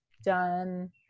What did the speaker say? done